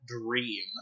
dream